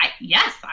Yes